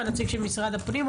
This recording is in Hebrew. הנציג של משרד הפנים,